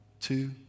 Two